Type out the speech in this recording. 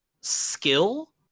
skill